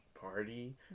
party